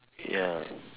ya